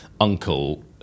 uncle